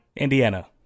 indiana